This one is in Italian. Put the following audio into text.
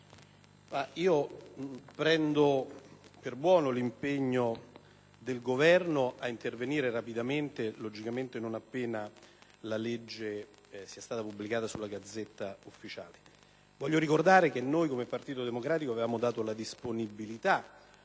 prendo per buono l'impegno del Governo di intervenire rapidamente, non appena la legge sia stata pubblicata sulla *Gazzetta Ufficiale*. Vorrei ricordare che, come Partito Democratico, avevamo dato la disponibilità